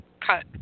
cut